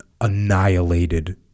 annihilated